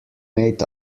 made